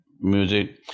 music